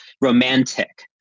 romantic